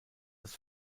das